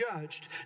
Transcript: judged